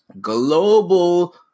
Global